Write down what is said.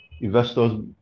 investors